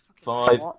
Five